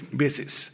basis